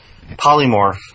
Polymorph